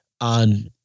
on